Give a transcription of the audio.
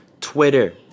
Twitter